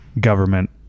government